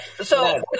so-